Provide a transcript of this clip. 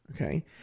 Okay